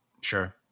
Sure